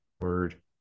Word